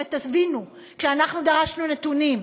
ותבינו, כשאנחנו דרשנו נתונים,